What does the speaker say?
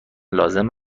لازم